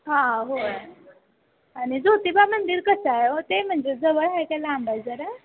हां होय आणि ज्योतिबा मंदिर कसं आहे हो ते म्हणजे जवळ आहे का लांब आहे जरा